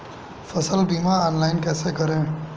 फसल बीमा ऑनलाइन कैसे करें?